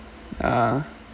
err